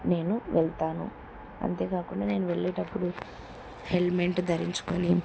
నేను వెళ్తాను అంతేకాకుండా నేను వెళ్ళేటప్పుడు హెల్మెట్ ధరించుకొని